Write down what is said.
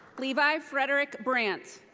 levi frederick brant.